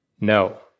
No